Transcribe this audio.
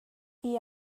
igl